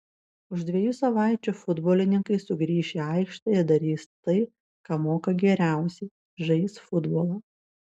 už dviejų savaičių futbolininkai sugrįš į aikštę ir darys tai ką moka geriausiai žais futbolą